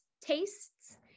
tastes